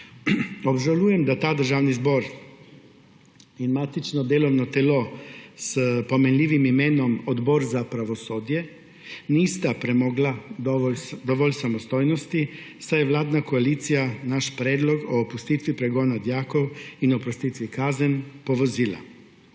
Obžalujem, da ta državni zbor in matično delovno telo s pomenljivim imenom Odbor za pravosodje nista premogla dovolj samostojnosti, saj je vladna koalicija naš predlog o opustitvi pregona dijakov in oprostitvi kazni povozila.